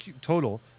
total